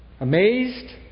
Amazed